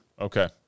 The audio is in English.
okay